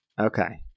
okay